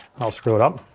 i'll screw it up,